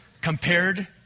compared